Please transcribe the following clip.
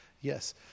yes